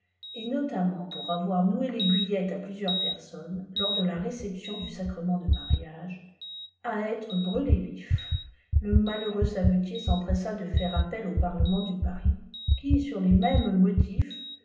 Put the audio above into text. et notamment pour avoir noué l'aiguillette à plusieurs personnes lors de la réception du sacrement de mariage à être brûlé vif lé inalhéùreux savetier s'empressa de faire appel au parlement dç taris qui sur les mêmes motifs